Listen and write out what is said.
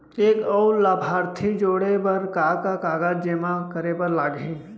एक अऊ लाभार्थी जोड़े बर का का कागज जेमा करे बर लागही?